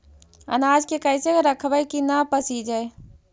अनाज के कैसे रखबै कि न पसिजै?